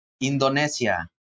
Indonesia